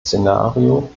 szenario